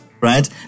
right